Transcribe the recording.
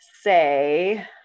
say